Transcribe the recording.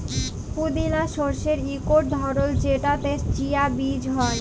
পুদিলা শস্যের ইকট ধরল যেটতে চিয়া বীজ হ্যয়